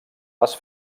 les